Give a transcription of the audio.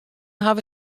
hawwe